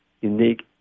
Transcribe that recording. unique